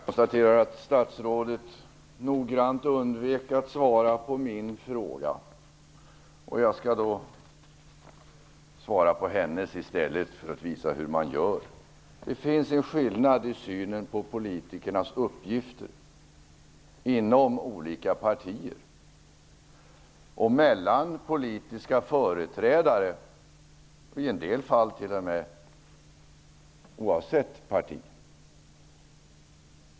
Fru talman! Jag konstaterar att statsrådet noggrant undvek att svara på min fråga. Jag skall svara på hennes i stället för att visa hur man gör. Det finns en skillnad i synen på politikernas uppgifter inom olika partier, mellan politiska företrädare och i en del fall t.o.m. oavsett parti.